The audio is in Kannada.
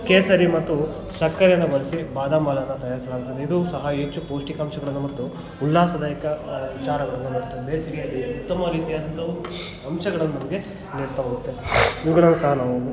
ಕೇಸರಿ ಮತ್ತು ಸಕ್ಕರೆಯನ್ನು ಬಳಸಿ ಬಾದಾಮಿ ಹಾಲನ್ನು ತಯಾರಿಸಲಾಗುತ್ತದೆ ಇದು ಸಹ ಹೆಚ್ಚು ಪೌಷ್ಟಿಕಾಂಶಗಳನ್ನು ಮತ್ತು ಉಲ್ಲಾಸದಾಯಕ ವಿಚಾರಗಳನ್ನು ಮತ್ತು ಬೇಸಿಗೆಯಲ್ಲಿ ಉತ್ತಮ ರೀತಿಯಾದಂಥ ಒಂದು ಅಂಶಗಳನ್ನು ನಮಗೆ ನೀಡ್ತಾ ಹೋಗುತ್ತೆ ಇವುಗಳನ್ನು ಸಹ ನಾವು